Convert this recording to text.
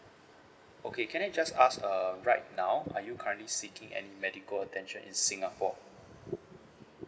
okay can I just ask uh right now are you currently seeking any medical attention in singapore